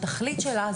התכלית שלה,